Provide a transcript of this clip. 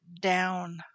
down